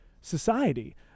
society